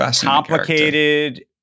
complicated